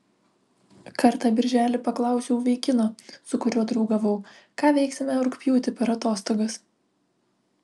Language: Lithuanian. kartą birželį paklausiau vaikino su kuriuo draugavau ką veiksime rugpjūtį per atostogas